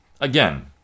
Again